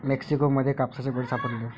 Mexico मध्ये कापसाचे गोळे सापडले